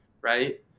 right